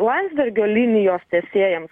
landsbergio linijos tęsėjams